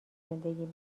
زندگی